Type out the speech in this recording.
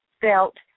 felt